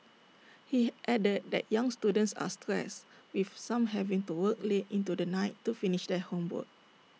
he added that young students are stressed with some having to work late into the night to finish their homework